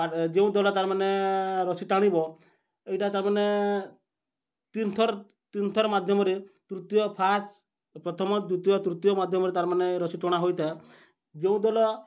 ଯେଉଁ ଦଳ ତାରମାନେ ରସି ଟାଣିବ ଏଇଟା ତାରମାନେ ତିନଥର ତିନିଥର ମାଧ୍ୟମରେ ତୃତୀୟ ଫାଷ୍ଟ ପ୍ରଥମ ଦ୍ୱତୀୟ ତୃତୀୟ ମାଧ୍ୟମରେ ତାରମାନେ ରସି ଟଣା ହୋଇଥାଏ ଯେଉଁ ଦଳ